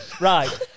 right